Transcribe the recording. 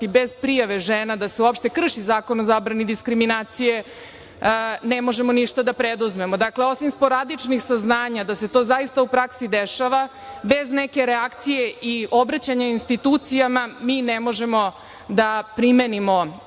i upoznati, žena da se uopšte krši Zakon o zabrani diskriminacije ne možemo ništa da preduzmemo. Dakle, osim sporadičnih saznanja da se to zaista u praksi dešava, bez neke reakcije i obraćanja institucijama mi ne možemo da primenimo